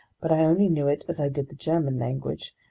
but i only knew it, as i did the german language,